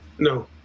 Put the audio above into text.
No